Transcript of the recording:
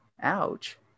ouch